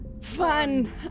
Fun